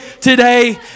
today